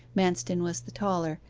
manston was the taller,